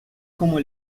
como